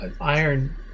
iron